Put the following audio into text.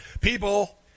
people